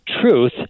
truth